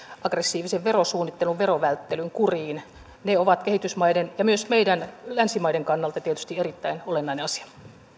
aggressiivisen verosuunnittelun verovälttelyn kuriin se on kehitysmaiden ja myös meidän länsimaiden kannalta tietysti erittäin olennainen asia